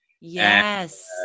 Yes